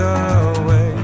away